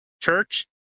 Church